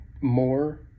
more